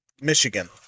Michigan